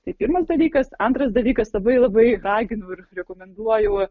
tai pirmas dalykas antras dalykas labai labai raginu ir rekomenduoju